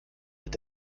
mit